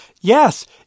yes